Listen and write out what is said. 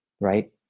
Right